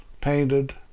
painted